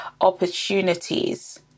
Opportunities